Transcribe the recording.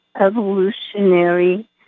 evolutionary